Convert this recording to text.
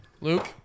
Luke